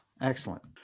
Excellent